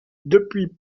depuis